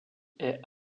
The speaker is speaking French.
est